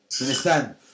Understand